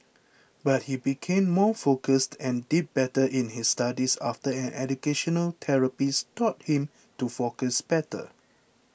but he became more focused and did better in his studies after an educational therapist taught him to focus better